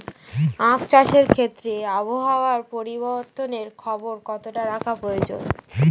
আখ চাষের ক্ষেত্রে আবহাওয়ার পরিবর্তনের খবর কতটা রাখা প্রয়োজন?